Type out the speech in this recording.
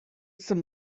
some